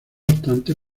obstante